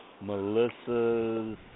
Melissa's